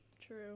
True